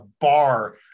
bar